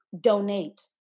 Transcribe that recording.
donate